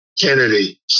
Kennedy